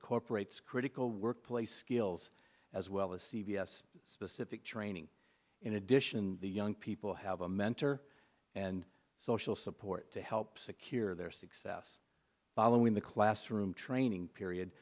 incorporates critical workplace skills as well as c v s specific training in addition the young people have a mentor and social support to help secure their success following the classroom training period